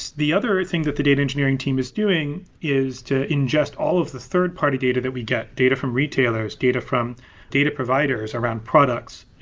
the other thing that the data engineering team is doing is to ingest all of the third-party data that we get, data from retailers, data from data providers around products,